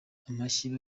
amashyi